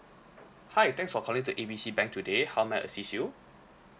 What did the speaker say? hi thanks for calling to A B C bank today how may I assist you